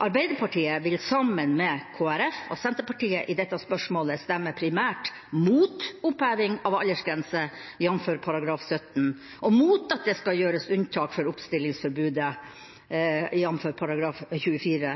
Arbeiderpartiet vil sammen med Kristelig Folkeparti og Senterpartiet i dette spørsmålet stemme primært imot oppheving av aldersgrense i § 17 og imot at det skal gjøres unntak fra oppstillingsforbudet i § 24,